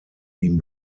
ihm